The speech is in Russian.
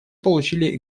получили